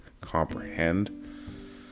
comprehend